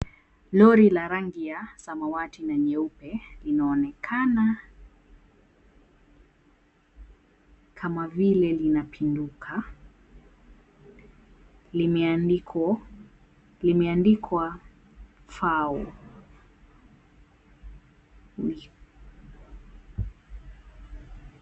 Lori la rangi ya samawati na nyeupe inaonekana kama vile linapinduka limeandikwa, FAW.